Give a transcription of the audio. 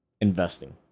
investing